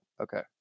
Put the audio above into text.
Okay